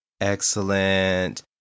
Excellent